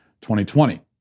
2020